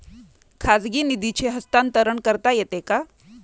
खाजगी निधीचे हस्तांतरण करता येते का?